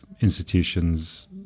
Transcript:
institutions